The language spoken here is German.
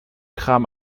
kram